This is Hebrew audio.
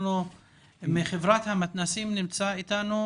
מחברת המתנ"סים נמצאת אתנו